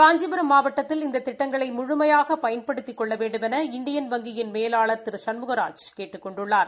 காஞ்சிபுரம் மாவட்டத்தில் இந்த திட்டங்களை முழுமையாக பயன்படுத்திக் கொள்ள வேண்டுமென இந்தியன் வங்கியின் மேலாளர் திரு சண்முகராஜ் கேட்டுக் கொண்டுள்ளார்